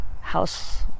house